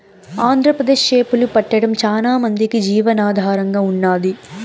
ఆంధ్రప్రదేశ్ చేపలు పట్టడం చానా మందికి జీవనాధారంగా ఉన్నాది